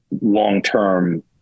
long-term